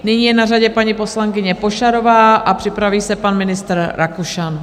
Nyní je na řadě paní poslankyně Pošarová a připraví se pan ministr Rakušan.